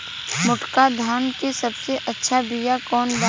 मोटका धान के सबसे अच्छा बिया कवन बा?